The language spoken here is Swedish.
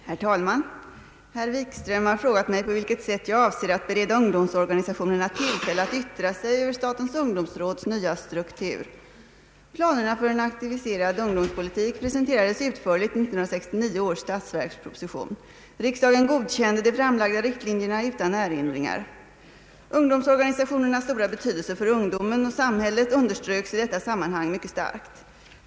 Herr talman! Herr Wikström har frågat mig på vilket sätt jag avser att bereda ungdomsorganisationerna tillfälle att yttra sig över statens ungdomsråds nya struktur. Ungdomsorganisationernas stora betydelse för ungdomen och samhället underströks i detta sammanhang mycket starkt.